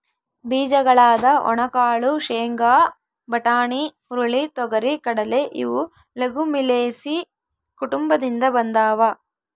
ಬೀಜಗಳಾದ ಒಣಕಾಳು ಶೇಂಗಾ, ಬಟಾಣಿ, ಹುರುಳಿ, ತೊಗರಿ,, ಕಡಲೆ ಇವು ಲೆಗುಮಿಲೇಸಿ ಕುಟುಂಬದಿಂದ ಬಂದಾವ